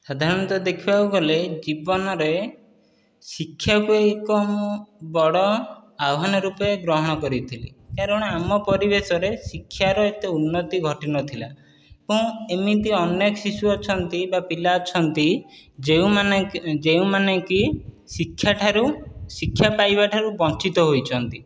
ସାଧାରଣତଃ ଦେଖିବାକୁ ଗଲେ ଜୀବନରେ ଶିକ୍ଷକ ଏକ ମୁଁ ବଡ଼ ଆହ୍ୱାନ ରୂପେ ଗ୍ରହଣ କରିଥିଲି କାରଣ ଆମ ପରିବେଶରେ ଶିକ୍ଷାର ଏତେ ଉନ୍ନତି ଘଟିନଥିଲା ଏବଂ ଏମିତି ଅନେକ ଶିଶୁ ଅଛନ୍ତି ବା ପିଲା ଅଛନ୍ତି ଯେଉଁମାନେ ଯେଉଁମାନେକି ଶିକ୍ଷା ଠାରୁ ଶିକ୍ଷା ପାଇବା ଠାରୁ ବଞ୍ଚିତ ହୋଇଛନ୍ତି